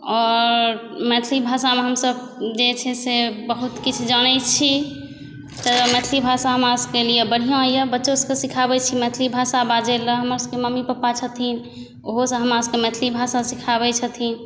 आओर मैथिली भाषामे हमसब जे छै से बहुत किछु जानै छी तऽ मैथिली भाषा हमरा सबके लिए बढ़िआँ अइ बच्चो सबके सिखाबै छी मैथिली भाषा बाजैलए हमरो सबके मम्मी पापा छथिन ओहोसब हमरा सबके मैथिली भाषा सिखाबै छथिन